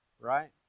Right